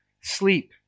sleep